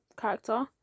character